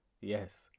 Yes